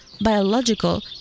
biological